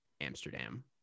Amsterdam